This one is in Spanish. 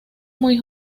muy